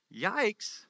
yikes